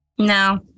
No